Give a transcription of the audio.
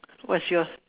what's yours